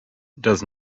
does